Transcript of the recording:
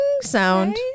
sound